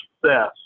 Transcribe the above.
success